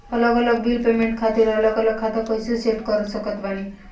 अलग अलग bill payment खातिर अलग अलग खाता कइसे सेट कर सकत बानी?